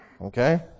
Okay